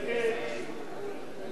אי-אמון